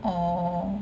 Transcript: orh